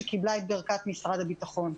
שקיבלה את ברכת משרד הביטחון.